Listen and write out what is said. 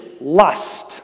lust